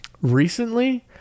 recently